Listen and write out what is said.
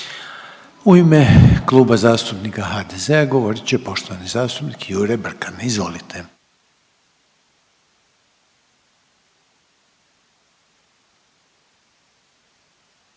U ime Kluba zastupnika HDZ-a govorit će poštovana zastupnica Marija Jelkovac, izvolite.